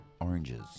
oranges